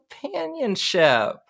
companionship